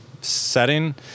setting